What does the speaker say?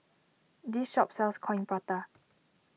this shop sells Coin Prata